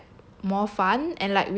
more fun and like we had a